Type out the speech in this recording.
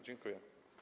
Dziękuję.